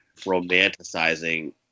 romanticizing